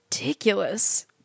Ridiculous